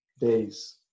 days